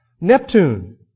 Neptune